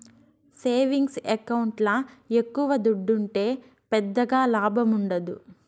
savings ఎకౌంట్ల ఎక్కవ దుడ్డుంటే పెద్దగా లాభముండదు